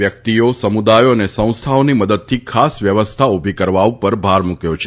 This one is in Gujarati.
વ્યક્તિઓ સમુદાયો તથા સંસ્થાઓની મદદથી ખાસ વ્યવસ્થા ઊભી કરવા ઉપર ભાર મૂક્યો છે